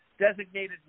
designated